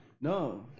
No